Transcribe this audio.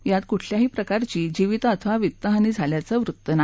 यात कुठल्याही प्रकारची जीवित अथवा वित्तहानी झाल्याचं वृत्त नाही